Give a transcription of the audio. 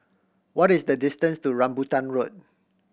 what is the distance to Rambutan Road